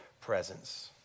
presence